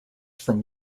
from